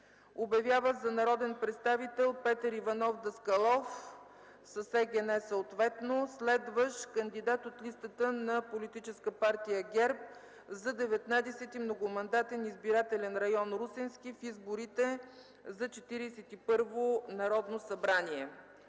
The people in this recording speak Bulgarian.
„Обявява за народен представител Петър Иванов Даскалов, с ЕГН ..., следващ кандидат от листата на Политическа партия ГЕРБ за 19. многомандатен избирателен район – Русенски, в изборите за 41-во Народно събрание”.